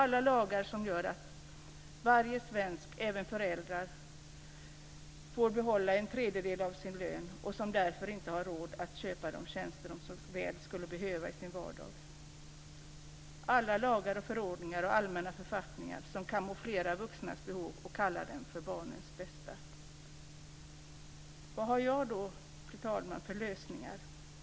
Alla lagar som gör att varje svensk, även föräldrar, får behålla en tredjedel av sin lön och som därför inte har råd att köpa de tjänster som de så väl skulle behöva i sin vardag. 3. Alla lagar, förordningar och allmänna författningar som kamouflerar vuxnas behov och kallar dem för barnens bästa. Fru talman! Vad har jag då för lösningar?